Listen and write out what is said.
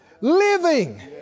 living